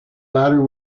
latter